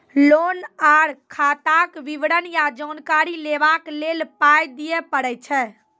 Loan आर खाताक विवरण या जानकारी लेबाक लेल पाय दिये पड़ै छै?